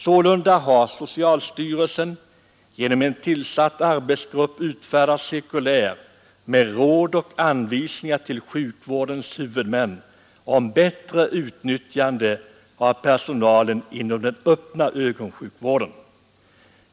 Sålunda har socialstyrelsen en tillsatt arbetsgrupp utfärdat cirkulär med råd och anvisningar till sjukvårdens huvudmän om bättre utnyttjande av personalen inom den öppna ögonsjukvården.